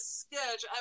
sketch